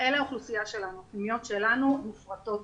הפנימיות שלנו מופרטות